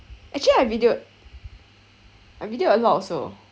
actually I videoed I video a lot also